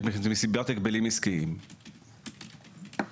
לא בטוח שיש פה בעיה של הגבל עסקי.